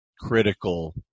critical